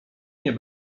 nie